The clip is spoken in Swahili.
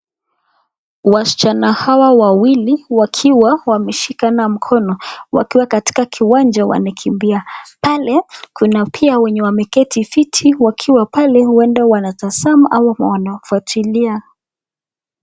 Wasichana hawa wawili wakiwa wameshikana mkono wakiwa kwenye kiwanja wanakimbia. Pale, kuna pia wenye wameketi fiti wakiwa pale huenda wanatazama au wanafuatilia.